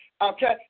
Okay